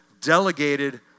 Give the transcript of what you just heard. delegated